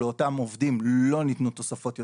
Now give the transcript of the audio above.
לאותם עובדים לא ניתנו תוספות יותר,